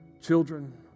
children